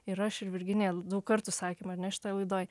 ir aš ir virginija daug kartų sakėm ar ne šitoj laidoj